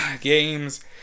games